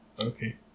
Okay